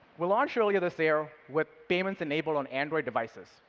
we launched earlier this year with payments enabled on android devices,